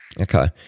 Okay